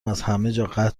قطع